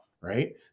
right